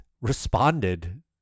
responded